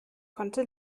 konnte